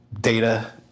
data